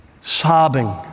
sobbing